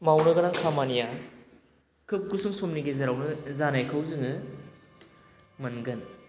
मावनो गोनां खामानिया खोब गुसुं समनि गेजेरावनो जानायखौ जोङो मोनगोन